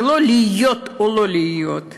זה לא "להיות או לא להיות";